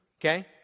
Okay